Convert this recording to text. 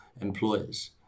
employers